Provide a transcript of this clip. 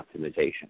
optimization